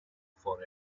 for